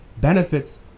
benefits